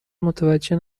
متوجه